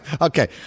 Okay